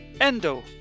Endo